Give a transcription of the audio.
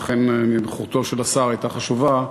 ולכן נוכחותו של השר הייתה חשובה,